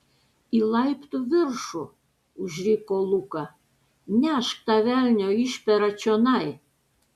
į laiptų viršų užriko luka nešk tą velnio išperą čionai